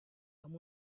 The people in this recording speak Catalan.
amb